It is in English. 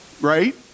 right